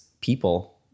people